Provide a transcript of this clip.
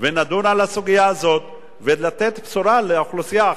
ונדון על הסוגיה הזאת כדי לתת בשורה לאוכלוסייה,